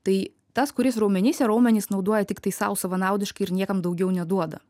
tai tas kuris raumenyse raumenys naudoja tiktai sau savanaudiškai ir niekam daugiau neduoda